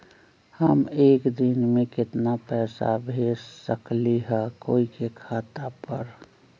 हम एक दिन में केतना पैसा भेज सकली ह कोई के खाता पर?